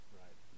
right